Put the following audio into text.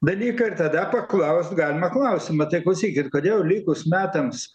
dalyką ir tada paklaust galima klausimą tai klausykit kodėl likus metams